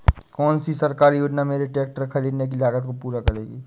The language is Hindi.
कौन सी सरकारी योजना मेरे ट्रैक्टर ख़रीदने की लागत को पूरा करेगी?